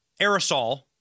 aerosol